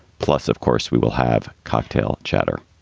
plus, of course, we will have cocktail chatter.